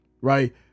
right